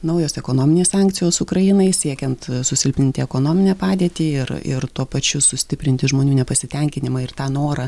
naujos ekonominės sankcijos ukrainai siekiant susilpninti ekonominę padėtį ir ir tuo pačiu sustiprinti žmonių nepasitenkinimą ir tą norą